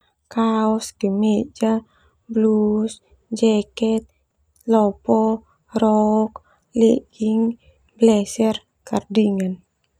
Kaos, kemeja, blus, jeket, lopo, rok, leging, blazer, cardigan.